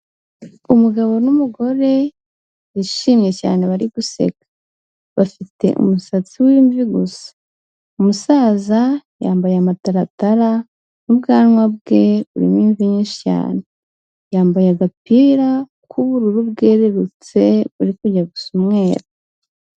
Umugabo n'umugore bishimye cyane, bari guseka, bafite umusatsi w'imvi gusa, umusaza yambaye amataratara n'ubwanwa bwe burimo imvi nyinshi cyane, yambaye agapira k'ubururu bwererutse buri kujya gusa umweru.